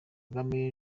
kagame